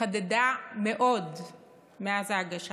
התחדדה מאוד מאז ההגשה.